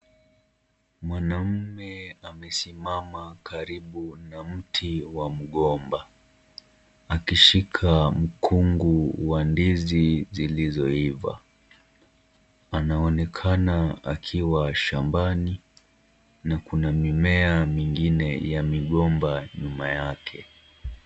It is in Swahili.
Mwanaume amesimama karibu na mti wa mgomba akishika mkungu wa ndizi zilizoiva. Anaonekana akiwa shambani na kuna mimea mingine ya migomba nyuma yake.